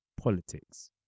politics